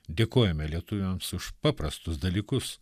dėkojame lietuviams už paprastus dalykus